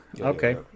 Okay